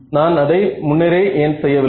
நான் அதை முன்னரே ஏன் செய்யவில்லை